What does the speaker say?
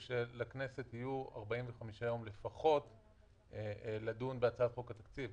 שלכנסת יהיו 45 ימים לפחות לדון בהצעת חוק התקציב.